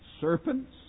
Serpents